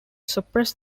suppress